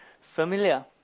familiar